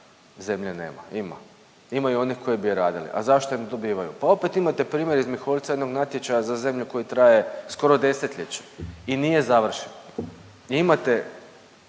zemlje nema, ima, ima i oni koji bi radili, a zašto je ne dobivaju? Pa opet imate primjer iz Miholjca jednog natječaja za zemlju koji traje skoro 10-ljeće i nije završen. Imate